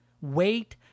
Wait